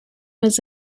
was